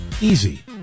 Easy